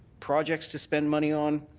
projects to spend money on,